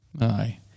Aye